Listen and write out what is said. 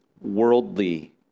worldly